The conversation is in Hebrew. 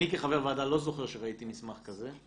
אני כחבר ועדה לא זוכר שראיתי מסמך כזה.